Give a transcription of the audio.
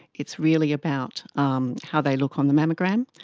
it's really about um how they look on the mammogram,